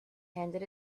handed